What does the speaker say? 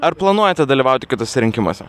ar planuojate dalyvauti kituose rinkimuose